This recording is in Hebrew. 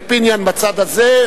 ואת פיניאן בצד הזה,